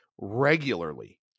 regularly